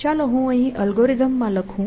ચાલો હું અહીં અલ્ગોરિધમ લખું